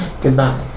Goodbye